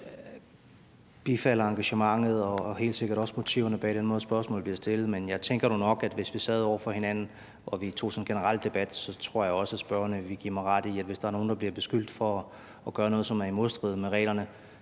bifalder engagementet og helt sikkert også motiverne bag den måde, spørgsmålet bliver stillet på, men jeg tænker nu nok, at hvis vi sad over for hinanden og tog sådan en generel debat, ville spørgeren give mig ret i, at hvis der er nogen, der bliver beskyldt for at gøre noget, som er i modstrid med reglerne,